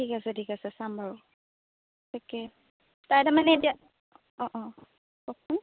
ঠিক আছে ঠিক আছে চাম বাৰু তাকে তাই তাৰমানে এতিয়া অঁ অঁ কওঁকচোন